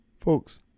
folks